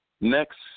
Next